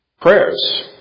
prayers